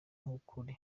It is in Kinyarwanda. w’ukuri